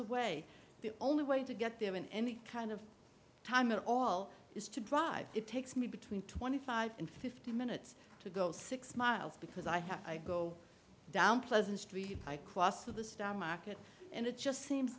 away the only way to get there in any kind of time at all is to drive it takes me between twenty five and fifty minutes to go six miles because i go down pleasant street high class for the stock market and it just seems